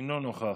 אינו נוכח.